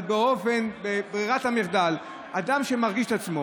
אבל ברירת המחדל היא שאדם שמרגיש את עצמו